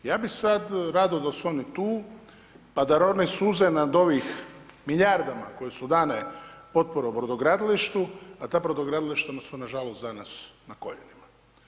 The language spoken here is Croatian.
Ja bi sad rado da su oni tu, pa da rone suze nad ovih milijardama koje su dane potporu brodogradilištu, a ta brodogradilišta su nažalost, danas na koljenima.